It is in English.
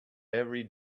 every